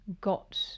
got